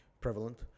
prevalent